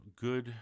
good